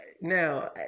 now